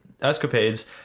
escapades